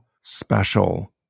special